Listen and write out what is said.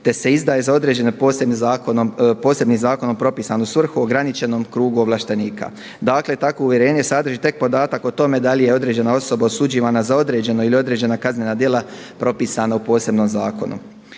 te se izdaje za određene posebnim zakonom propisanu svrhu ograničenom krugu ovlaštenika. Dakle, takvo uvjerenje sadrži tek podatak o tome da li je određena osoba osuđivana za određeno ili određena kaznena djela propisana u posebnom zakonu.